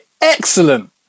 excellent